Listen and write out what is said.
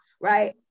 right